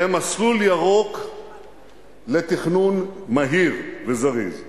למסלול ירוק לתכנון מהיר וזריז.